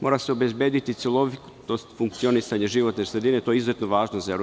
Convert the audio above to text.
Mora se obezbediti celovitost funkcionisanja životne sredine, jer je to izuzetno važno za EU.